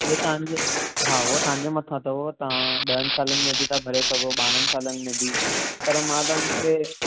इहे तव्हांजो हा उहो तव्हांजे मथां अथव उहो तव्हां ॾहनि सालनि में बि था भरे सघो ॿारहंनि सालनि में बि पर मां तव्हांखे